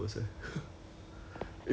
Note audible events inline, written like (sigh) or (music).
(laughs)